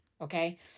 Okay